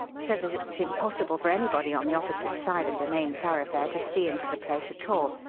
so that it's impossible for anybody on the opposite side of the main thoroughfare to see into the place at all.